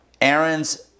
Aaron's